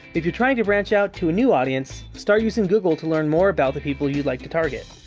if you're trying to branch out to a new audience, start using google to learn more about the people you'd like to target.